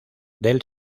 del